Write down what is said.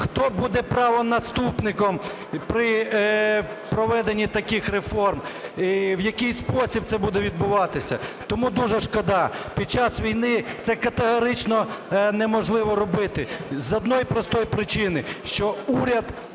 Хто буде правонаступником при проведенні таких реформ? В якій спосіб це буде відбуватися? Тому дуже шкода, під час війни це категорично неможливо робити з однієї простої причини – що уряд,